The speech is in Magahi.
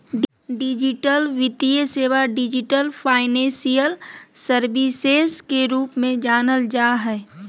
डिजिटल वित्तीय सेवा, डिजिटल फाइनेंशियल सर्विसेस के रूप में जानल जा हइ